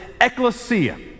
ecclesia